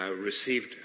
received